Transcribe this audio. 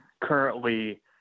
currently